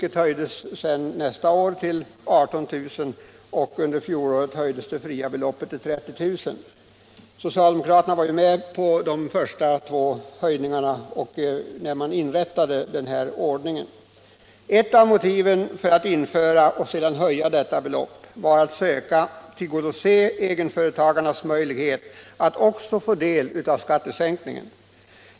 Det höjdes året därpå till 18 000 kr., och i fjol höjdes det till 30 000 kr. Socialdemokraterna medverkade till de båda första höjningarna. Ett av motiven för att införa och sedan höja beloppet var att söka tillgodose egenföretagarnas möjlighet att också få del av skattesänkningen.